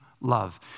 love